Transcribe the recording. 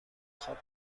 خواب